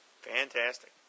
Fantastic